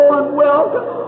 unwelcome